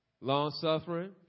long-suffering